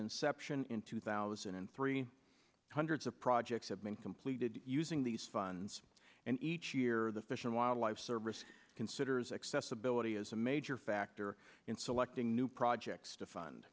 inception in two thousand and three hundreds of projects have been completed using these funds and each year the fish and wildlife service considers accessibility is a major factor in selecting new projects to fund